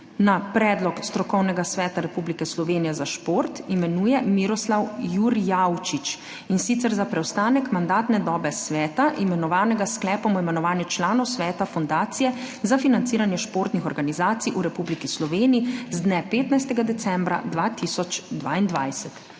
na predlog Strokovnega sveta Republike Slovenije za šport imenuje Miroslav Jurjavčič, in sicer za preostanek mandatne dobe sveta, imenovanega s Sklepom o imenovanju članov sveta Fundacije za financiranje športnih organizacij v Republiki Sloveniji z dne 15. decembra 2022.